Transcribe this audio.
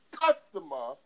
customer